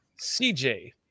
CJ